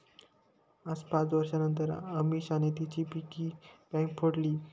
आज पाच वर्षांनतर अमीषाने तिची पिगी बँक फोडली